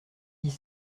dix